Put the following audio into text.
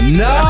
no